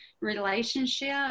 relationship